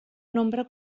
nombre